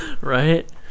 Right